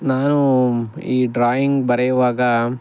ನಾನು ಈ ಡ್ರಾಯಿಂಗ್ ಬರೆಯುವಾಗ